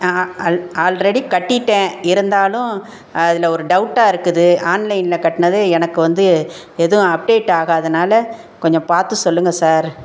ஆஆ அல் ஆல்ரெடி கட்டிவிட்டேன் இருந்தாலும் அதில் ஒரு டௌட்டாக இருக்குது ஆன்லைனில் கட்டினது எனக்கு வந்து எதுவும் அப்டேட் ஆகாததினால கொஞ்சம் பார்த்து சொல்லுங்கள் சார்